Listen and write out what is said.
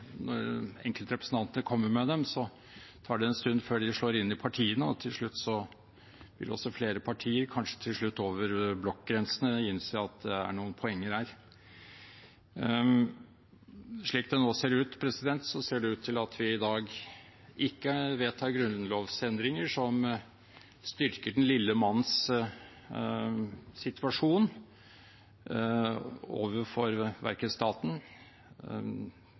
en stund før de slår inn i partiene, og til slutt vil også flere partier, kanskje til slutt over blokkgrensene, innse at det er noen poeng her. Slik det nå ser ut, vil vi i dag ikke vedta grunnlovsendringer som styrker den lille manns situasjon overfor